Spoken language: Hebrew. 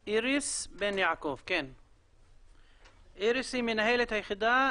בבקשה, איריס בן יעקב, מנהלת היחידה